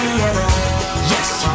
yes